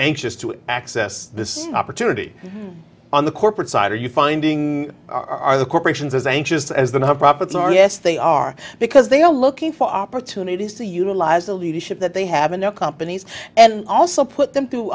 anxious to access this opportunity on the corporate side are you finding are the corporations as anxious as the nonprofits are yes they are because they are looking for opportunities to utilize the leadership that they have enough companies and also put them through